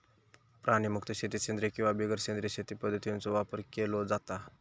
प्राणीमुक्त शेतीत सेंद्रिय किंवा बिगर सेंद्रिय शेती पध्दतींचो वापर केलो जाता